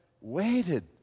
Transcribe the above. waited